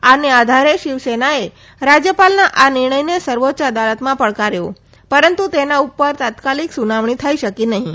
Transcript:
આ આધારે શિવસેનાએ રાજ્યપાલના આ નિર્ણયને સર્વોચ્ય અદાલતમાં પડકાર્યો પરંતુ તેના ઉપર તત્કાળ સુનાવણી થઈ નહીં